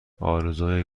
آرزوهای